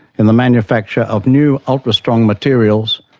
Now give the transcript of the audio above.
in the manufacture of new ultra-strong materials,